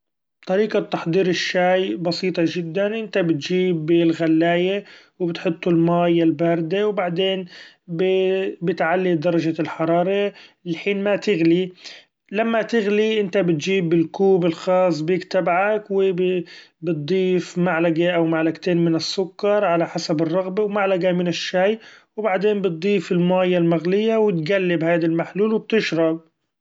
طريقة تحضير الشأي بسيطة چدا ، إنت بتچيب الغلأية وبتحط المأي الباردة ، وبعدين ب- بتعلي درچة الحرارة لحين ما تغلي ، لما تغلي إنت بتچيب الكوب الخاص بيك تبعك و ب- بتضيف معلقة أو معلقتين من السكر على حسب الرغبة ومعلقة من الشأي ، وبعدين بتضيف المأي المغلية وتقلب هذا المحلول وبتشرب.